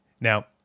Now